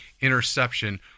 interception